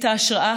את ההשראה,